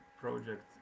project